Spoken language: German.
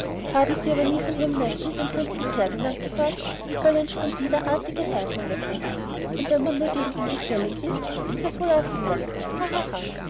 haben sie aber nie von ihrem neffen dem prinzen ferdinand gehört soll ein splendider artiger herr sein der prinz und wenn man nur gegen ihn gefällig ist ist er es wohl auch wieder